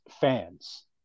fans